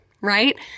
right